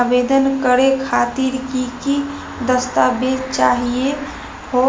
आवेदन करे खातीर कि कि दस्तावेज चाहीयो हो?